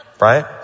Right